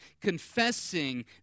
confessing